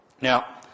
Now